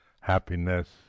happiness